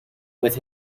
with